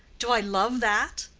do i love that?